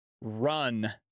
run